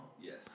Yes